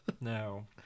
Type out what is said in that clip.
No